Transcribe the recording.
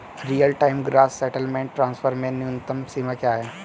Real time gross settlement transfer में न्यूनतम सीमा क्या है?